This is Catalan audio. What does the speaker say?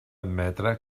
admetre